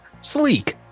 sleek